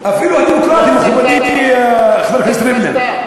פשוט הסתה.